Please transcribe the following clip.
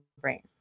brain